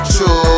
True